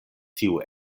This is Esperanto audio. tiu